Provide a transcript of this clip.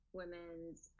women's